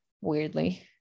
weirdly